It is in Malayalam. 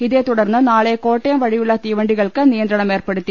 ഇതേ തുടർന്ന് നാളെ കോട്ടയം വഴിയുളള തീവണ്ടികൾക്ക് നിയ ന്ത്രണം ഏർപ്പെടുത്തി